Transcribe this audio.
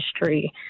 history